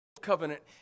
Covenant